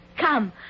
Come